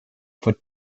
vor